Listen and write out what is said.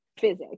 physics